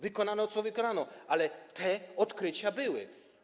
Wykonano, co wykonano, ale te odkrycia były.